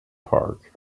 park